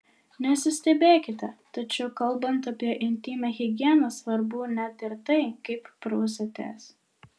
nesistebėkite tačiau kalbant apie intymią higieną svarbu net ir tai kaip prausiatės